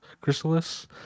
Chrysalis